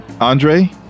Andre